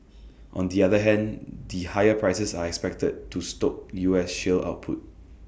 on the other hand the higher prices are expected to stoke U S shale output